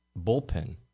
bullpen –